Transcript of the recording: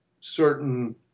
certain